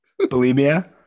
Bulimia